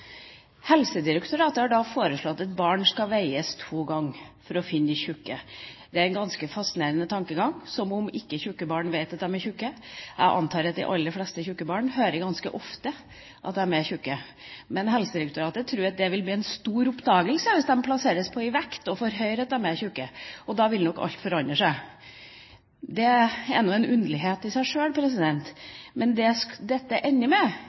Helsedirektoratet har foreslått at barn skal veies to ganger for å finne de tjukke. Det er en ganske fascinerende tankegang, som om ikke tjukke barn vet at de er tjukke. Jeg antar at de aller fleste tjukke barn ganske ofte hører at de er tjukke. Men Helsedirektoratet tror at det vil bli en stor oppdagelse hvis de plasseres på en vekt og får høre at de er tjukke – og da vil nok alt forandre seg. Det er nå en underlighet i seg sjøl. Men det dette ender opp med,